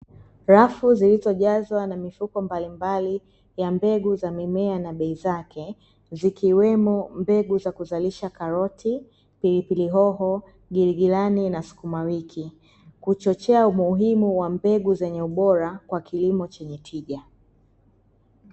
Rafu zilizojazwa na mifuko mbalimbali ya mbegu za mimea na bei zake zikiwemo mbegu za kuzalisha karoti, pilipili hoho, giligilani na sukuma wiki; kuchochea umuhimu wa mbegu zenye ubora kwa kilimo chenye tija.